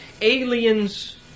aliens